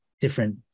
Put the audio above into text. different